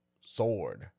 sword